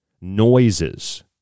noises